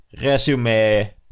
resume